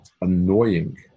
annoying